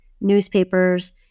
newspapers